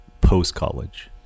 post-college